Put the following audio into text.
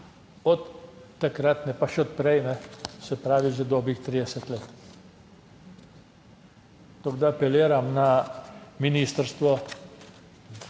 od takrat pa še od prej, se pravi že dobrih 30 let. Tako, da apeliram na ministrstvo,